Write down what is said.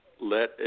let